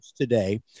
today